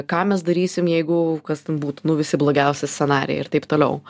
ką mes darysim jeigu kas ten būtų nu visi blogiausi scenarijai ir taip toliau